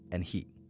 and heat.